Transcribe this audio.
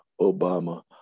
Obama